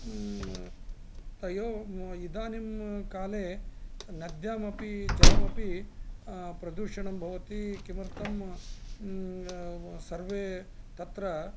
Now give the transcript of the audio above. तयोः इदानीं काले नद्यामपि जलमपि प्रदूषणं भवति किमर्थं सर्वे तत्र